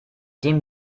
dem